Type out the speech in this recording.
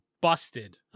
busted